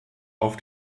auf